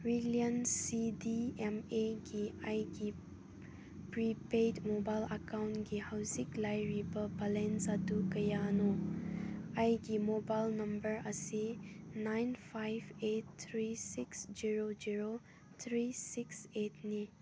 Reliance C D M ꯑꯦꯒꯤ ꯑꯩꯒꯤ prepaid mobile ꯑꯀꯥꯎꯟꯒꯤ ꯍꯧꯖꯤꯛ ꯂꯩꯔꯤꯕ ꯕꯂꯦꯟꯁ ꯑꯗꯨ ꯀꯌꯥꯅꯣ ꯑꯩꯒꯤ ꯃꯣꯕꯥꯏꯜ ꯅꯝꯕꯔ ꯑꯁꯤ nine five eight three six zero zero three six ꯑꯩꯠꯅꯤ